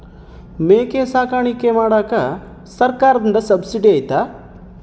ಮೇಕೆ ಸಾಕಾಣಿಕೆ ಮಾಡಾಕ ಸರ್ಕಾರದಿಂದ ಸಬ್ಸಿಡಿ ಐತಾ?